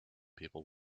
people